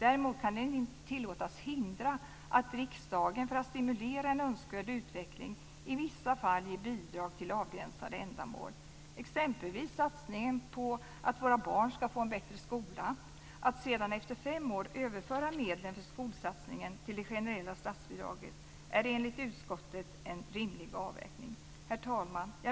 Däremot kan den inte tillåtas hindra att riksdagen för att stimulera en önskvärd utveckling i vissa fall ger bidrag till avgränsade ändamål, exempelvis satsningen på att våra barn ska få en bättre skola. Att sedan efter fem år överföra medlen för skolsatsningen till det generella statsbidraget är enligt utskottet en rimlig avvägning. Herr talman!